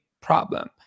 problem